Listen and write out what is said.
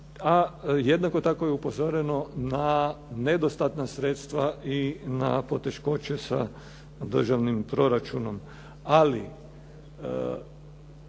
jednako tako je upozoreno na nedostatna sredstva i na poteškoće sa državnim proračunom.